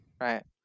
Right